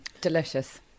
Delicious